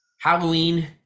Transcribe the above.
Halloween